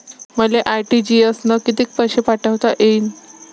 मले आर.टी.जी.एस न कितीक पैसे पाठवता येईन?